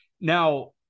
Now